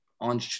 on